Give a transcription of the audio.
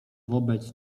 wobec